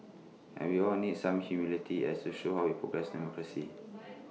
and we all need some humility as show how we progress democracy